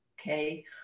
okay